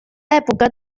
època